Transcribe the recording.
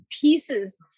pieces